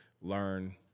learn